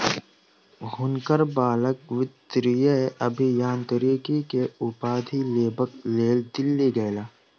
हुनकर बालक वित्तीय अभियांत्रिकी के उपाधि लेबक लेल दिल्ली गेला